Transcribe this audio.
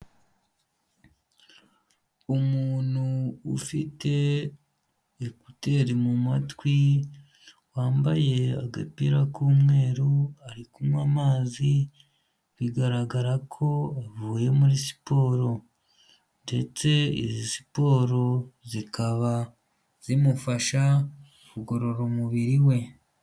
Umuntu ufite ekuteri mu matwi wambaye agapira k'umweru ari kunywa amazi bigaragara ko avuye muri siporo, ndetse siporo zikaba zimufasha kugorora umubiri we.